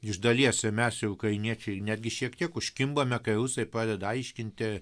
iš dalies ir mes ir ukrainiečiai netgi šiek tiek užkimbame kai rusai pradeda aiškinti